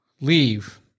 leave